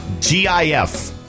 G-I-F